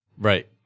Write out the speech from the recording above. Right